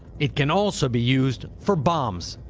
it can also be used for bombs.